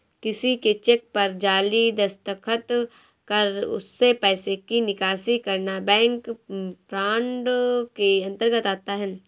किसी के चेक पर जाली दस्तखत कर उससे पैसे की निकासी करना बैंक फ्रॉड के अंतर्गत आता है